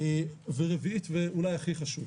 ארבע ואולי הכי חשוב,